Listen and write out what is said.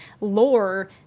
lore